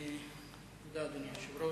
תודה, אדוני היושב-ראש.